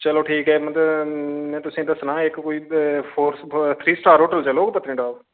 चलो ठीक ऐ मतलब में तुसें गी दस्सना इक कोई फोर थ्री स्टार होटल चलग पत्नीटाप